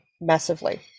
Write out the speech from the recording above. massively